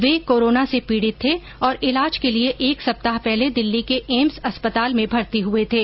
वे corona से पीड़ित थे और इलाज के लिए एक सप्ताह पहले दिल्ली के एम्स अस्पताल में भर्ती हुए थे